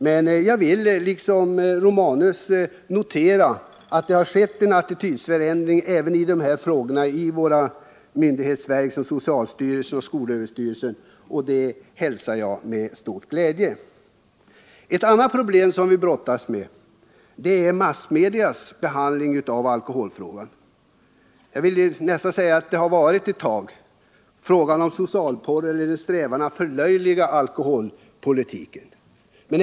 Men jag vill, liksom Gabriel Romanus, notera att det inom socialstyrelsen och skolöverstyrelsen har skett en attitydförändring även i dessa frågor. Det hälsar jag med stor glädje. Ett annat problem som vi har att brottas med är massmedias behandling av alkoholfrågan. Sedan en tid tillbaka har det ofta varit fråga om socialporr eller en strävan att förlöjliga alkoholpolitiken.